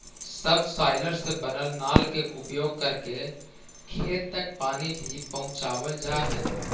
subsoiler से बनल नाल के उपयोग करके खेत तक पानी भी पहुँचावल जा हई